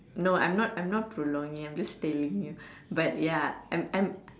no I'm not I'm not prolonging I'm just telling you but ya I'm I'm